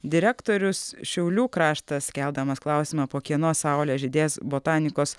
direktorius šiaulių kraštas keldamas klausimą po kieno saule žydės botanikos